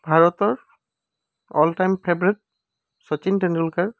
ভাৰতৰ all time favourite Sachin Tendulkar